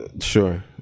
Sure